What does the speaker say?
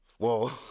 Whoa